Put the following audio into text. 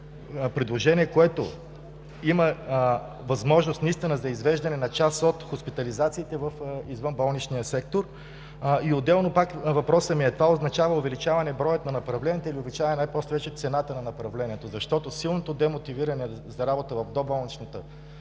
Предложение, което наистина има възможност за извеждане на част от хоспитализациите в извънболничния сектор. Отделно въпросът ми е: това означава ли увеличаване броя на направленията или увеличаване най-вече цената на направлението, защото силното демотивиране за работа в доболничната